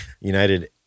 United